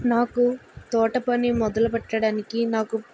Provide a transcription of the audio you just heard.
నాకు తోటపని మొదలు పెట్టడానికి నాకు